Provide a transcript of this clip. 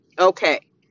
Okay